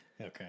Okay